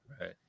Right